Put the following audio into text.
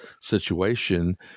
situation